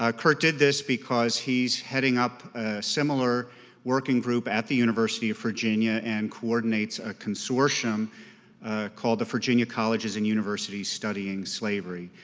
ah kirt did this because he's heading up a similar working group at the university of virginia and coordinates a consortium called the virginia colleges and universities studying slavery.